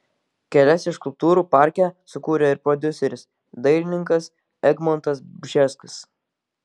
kelias iš skulptūrų parke sukūrė ir prodiuseris dailininkas egmontas bžeskas